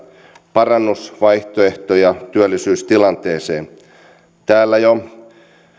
parannusvaihtoehtoja työllisyystilanteeseen täällä jo